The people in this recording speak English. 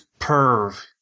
perv